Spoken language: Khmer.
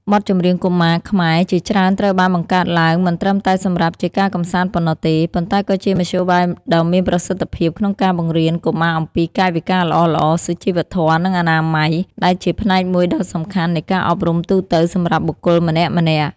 បទចម្រៀងកុមារខ្មែរជាច្រើនត្រូវបានបង្កើតឡើងមិនត្រឹមតែសម្រាប់ជាការកម្សាន្តប៉ុណ្ណោះទេ ប៉ុន្តែក៏ជាមធ្យោបាយដ៏មានប្រសិទ្ធភាពក្នុងការបង្រៀនកុមារអំពីកាយវិការល្អៗ សុជីវធម៌ និងអនាម័យ ដែលជាផ្នែកមួយដ៏សំខាន់នៃការអប់រំទូទៅសម្រាប់បុគ្គលម្នាក់ៗ។